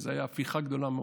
וזו הייתה הפיכה גדולה מאוד.